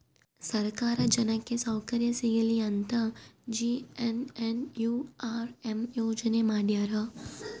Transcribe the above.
ಸರ್ಕಾರ ಜನಕ್ಕೆ ಸೌಕರ್ಯ ಸಿಗಲಿ ಅಂತ ಜೆ.ಎನ್.ಎನ್.ಯು.ಆರ್.ಎಂ ಯೋಜನೆ ಮಾಡ್ಯಾರ